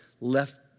left